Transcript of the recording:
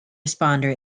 responder